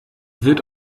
wird